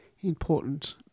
important